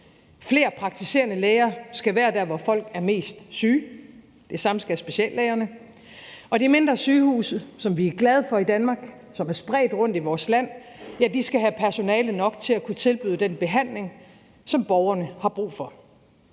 Flere praktiserende læger skal være der, hvor folk er mest syge, og det samme skal speciallægerne. Og de mindre sygehuse, som vi er glade for i Danmark, og som er spredt rundt i vores land, skal have personale nok til at kunne tilbyde den behandling, som borgerne har brug for.